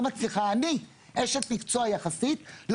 אשת מקצוע יחסית,